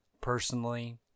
Personally